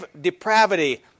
depravity